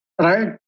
right